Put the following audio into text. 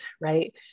right